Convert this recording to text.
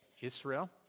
Israel